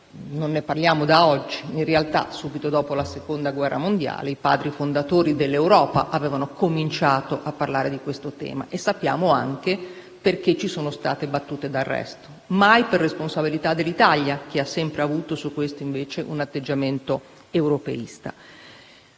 non ne parliamo da oggi; in realtà, subito dopo la Seconda guerra mondiale i padri fondatori dell'Europa avevano cominciato a parlare di questo tema, e sappiamo anche perché ci sono state battute d'arresto, mai per responsabilità dell'Italia, che ha sempre avuto su questo un atteggiamento europeista.